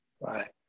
right